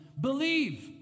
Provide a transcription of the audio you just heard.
believe